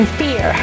fear